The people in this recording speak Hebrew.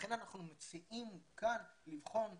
לכן אנחנו מציעים כאן לבחון באשכולות,